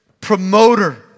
promoter